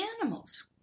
animals